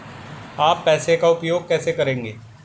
आप पैसे का उपयोग कैसे करेंगे?